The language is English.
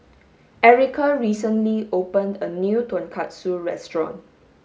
Erica recently opened a new tonkatsu restaurant